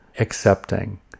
Accepting